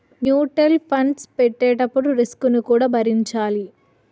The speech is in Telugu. మ్యూటల్ ఫండ్స్ పెట్టేటప్పుడు రిస్క్ ను కూడా భరించాలి